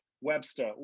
webster